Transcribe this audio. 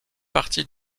partie